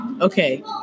Okay